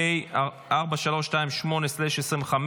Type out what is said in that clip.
פ/4328/25,